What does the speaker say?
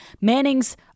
Manning's